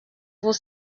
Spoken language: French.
vos